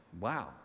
wow